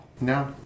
No